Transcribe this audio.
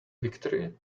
victory